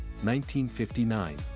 1959